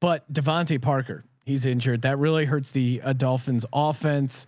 but devante parker he's injured that really hurts the ah dolphins offense